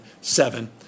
seven